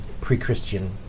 Pre-Christian